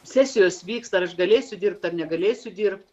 sesijos vyksta ar aš galėsiu dirbt ar negalėsiu dirbt